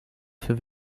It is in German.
für